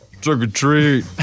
trick-or-treat